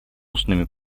устными